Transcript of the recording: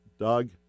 Doug